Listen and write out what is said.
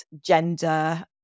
gender